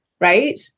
right